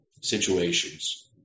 situations